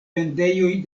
vendejoj